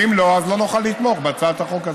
אם לא, לא נוכל לתמוך בהצעת החוק הזאת.